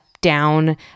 down